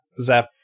zap